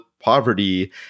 poverty